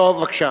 בבקשה.